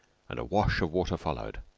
and a wash of water followed.